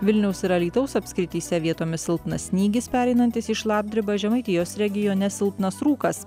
vilniaus ir alytaus apskrityse vietomis silpnas snygis pereinantis į šlapdribą žemaitijos regione silpnas rūkas